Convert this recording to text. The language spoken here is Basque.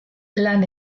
lan